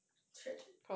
tragic